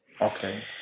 Okay